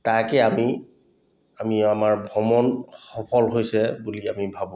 তাকে আমি আমি আমাৰ ভ্ৰমণ সফল হৈছে বুলি আমি ভাবোঁ